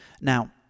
now